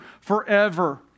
forever